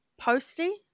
Posty